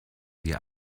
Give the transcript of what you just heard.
wir